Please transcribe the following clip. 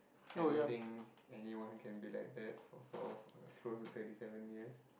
I don't think anyone can be like that for close to thirty seven years